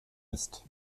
ist